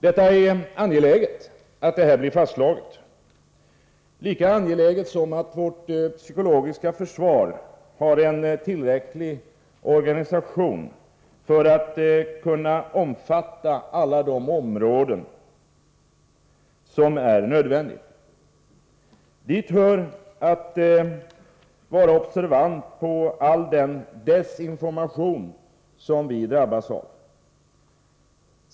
Det är angeläget att detta blir fastslaget, lika angeläget som att vårt psykologiska försvar har tillräcklig organisation för att kunna omfatta alla de områden som är nödvändiga. Dit hör att vara observant på all den desinformation som vi drabbas av.